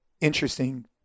interesting